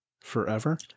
Forever